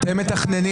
אתם מתכננים